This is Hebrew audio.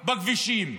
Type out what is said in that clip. בכבישים.